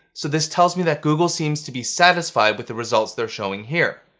so this tells me that google seems to be satisfied with the results they're showing here.